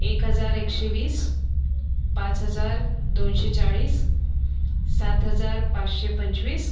एक हजार एकशे वीस पाच हजार दोनशे चाळीस सात हजार पाचशे पंचवीस